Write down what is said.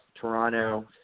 Toronto